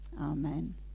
amen